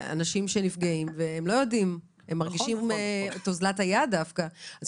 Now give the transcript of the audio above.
על אנשים שנפגעו והם לא ידעו מה לעשות והם דווקא הרגישו אוזלת יד.